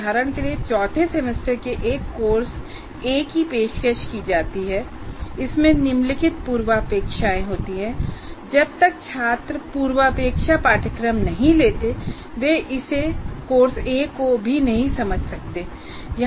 उदाहरण के लिए चौथे सेमेस्टर में एक कोर्स ए की पेशकश की जाती है इसमें निम्नलिखित पूर्वापेक्षाएँ होती हैं जब तक कि छात्र पूर्वापेक्षा पाठ्यक्रम नहीं लेते वे इसे कोर्स ए भी नहीं समझ सकते हैं